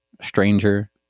stranger